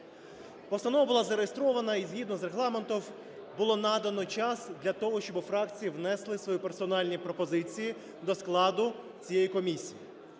Постанова була зареєстрована і згідно з Регламентом було надано час для того, щоб фракції внесли свої персональні пропозиції до складу цієї комісії.